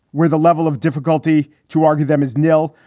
where the level of difficulty to argue them is nil,